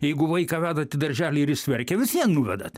jeigu vaiką vedat į darželį ir jis verkia vis vien nuvedat